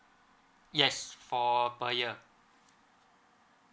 yes for per year